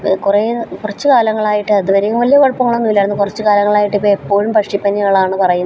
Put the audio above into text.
കുറേ കുറച്ച് കാലങ്ങളായിട്ട് അതുവരേക്കും വലിയ കുഴപ്പങ്ങളൊന്നുമില്ലായിരുന്നു കുറച്ചുകാലങ്ങളായിട്ടിപ്പോള് എപ്പോഴും പക്ഷിപ്പനികളാണ് പറയുന്നത്